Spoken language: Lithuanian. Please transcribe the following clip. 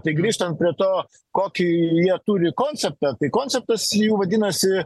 tai grįžtant prie to kokį jie turi konceptą tai konceptas jų vadinasi